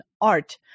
art